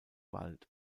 wald